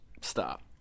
stop